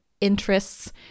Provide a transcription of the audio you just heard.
interests